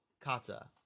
kata